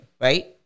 right